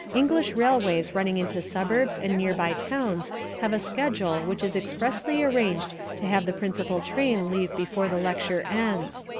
english railways running into suburbs and near-by towns have a schedule which is expressly arranged to have the principal train leave before the lecture ends.